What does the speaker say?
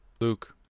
Luke